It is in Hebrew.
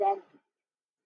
האות M באנגלית.